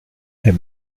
est